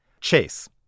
Chase